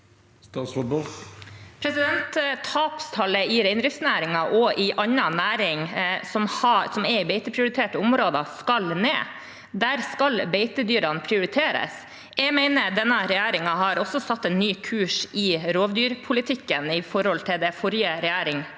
Tapstallene i reindriftsnæringen og i annen næring som er i beiteprioriterte områder, skal ned. Der skal beitedyrene prioriteres. Jeg mener at denne regjeringen har satt en ny kurs i rovdyrpolitikken i forhold til det forrige regjering